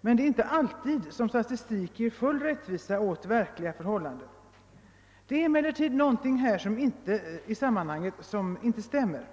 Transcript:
Men det är ju inte alltid som statistik ger en fullt rättvisande bild av de verkliga förhållandena. Det är någonting i sammanhanget som inte stämmer.